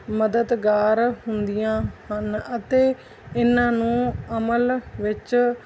ਮਦਦਗਾਰ ਹੁੰਦੀਆਂ ਹਨ ਅਤੇ ਇਹਨਾਂ ਨੂੰ ਅਮਲ ਵਿੱਚ